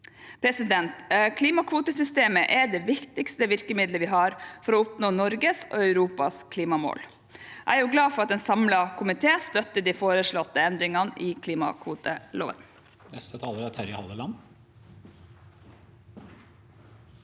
Klimakvotesystemet er det viktigste virkemiddelet vi har for å oppnå Norges og Europas klimamål. Jeg er glad for at en samlet komité støtter de foreslåtte endringene i klimakvoteloven.